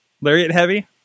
Lariat-heavy